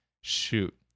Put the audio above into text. shoot